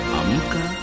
amuka